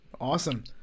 Awesome